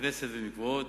בתי-כנסת ומקוואות,